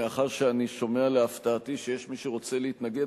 מאחר שאני שומע להפתעתי שיש מי שרוצה להתנגד,